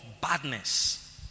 badness